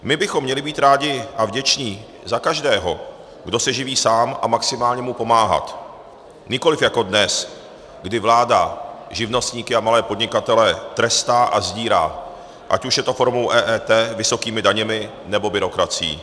My bychom měli být rádi a vděční za každého, kdo se živí sám, a maximálně mu pomáhat, nikoliv jako dnes, kdy vláda živnostníky a malé podnikatele trestá a odírá, ať už je to formou EET, vysokými daněmi, nebo byrokracií.